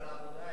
בגלל העבודה